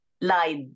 lied